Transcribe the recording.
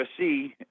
USC